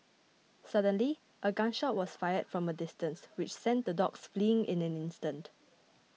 suddenly a gun shot was fired from a distance which sent the dogs fleeing in an instant